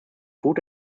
food